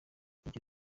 iryo